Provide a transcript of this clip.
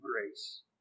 grace